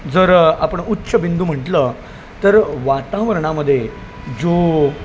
जर आपण उच्च बिंदू म्हटलं तर वातावरणामध्ये जो